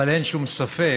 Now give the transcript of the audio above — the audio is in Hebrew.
אבל אין שום ספק